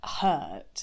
hurt